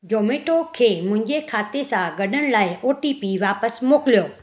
जोमेटो खे मुंहिंजे खाते सां ॻढण लाइ ओटीपी वापस मोकिलियो